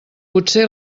potser